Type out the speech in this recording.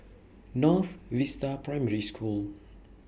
North Vista Primary School